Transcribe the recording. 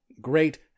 great